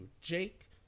jake